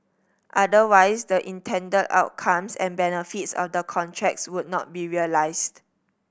otherwise the intended outcomes and benefits of the contracts would not be realised